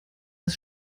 als